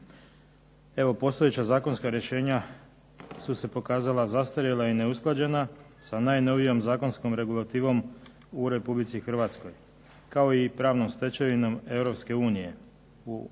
evo postojeća zakonska rješenja su se pokazala zastarjela i neusklađena sa najnovijom zakonskom regulativom u Republici Hrvatskoj, kao i pravnom stečevinom